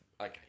Okay